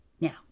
Now